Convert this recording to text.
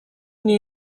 new